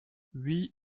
huit